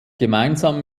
gemeinsam